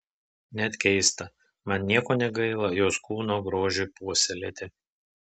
net keista man nieko negaila jos kūno grožiui puoselėti